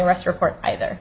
arrest report either